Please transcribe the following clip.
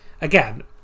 again